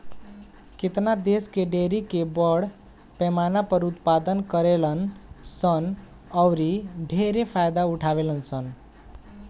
केतना देश डेयरी के बड़ पैमाना पर उत्पादन करेलन सन औरि ढेरे फायदा उठावेलन सन